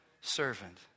servant